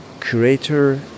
curator